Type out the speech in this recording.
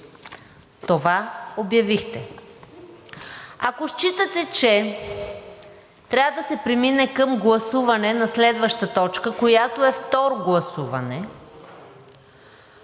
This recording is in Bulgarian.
Това обявихте. Ако считате, че трябва да се премине към гласуване на следваща точка, която е второ гласуване,